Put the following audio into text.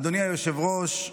אדוני היושב-ראש,